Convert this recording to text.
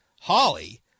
Holly